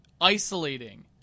isolating